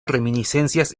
reminiscencias